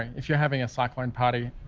if you're having a cyclone party,